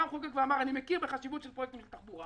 בא המחוקק ואמר: אני מכיר בחשיבות של פרויקטים של תחבורה